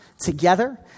together